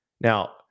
Now